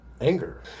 anger